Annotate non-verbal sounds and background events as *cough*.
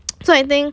*noise* so I think